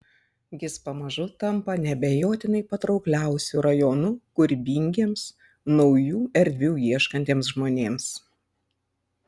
jis pamažu tampa neabejotinai patraukliausiu rajonu kūrybingiems naujų erdvių ieškantiems žmonėms